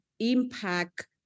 impact